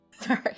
Sorry